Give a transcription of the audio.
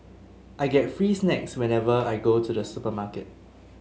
I get free snacks whenever I go to the supermarket